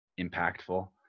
impactful